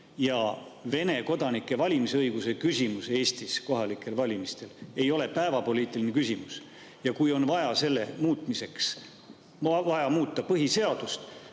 ja Vene kodanike valimisõiguse küsimus Eestis kohalikel valimistel ei ole päevapoliitiline küsimus ja kui selle muutmiseks on vaja muuta põhiseadust,